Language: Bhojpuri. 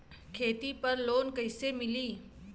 खेती पर लोन कईसे मिली?